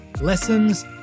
Lessons